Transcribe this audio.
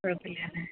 കുഴപ്പമില്ല അല്ലെ